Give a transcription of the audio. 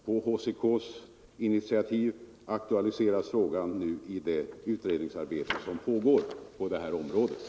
På HCK:s initiativ aktua liseras frågan nu i det utredningsarbete som pågår på dessa områden.